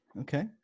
Okay